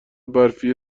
برفی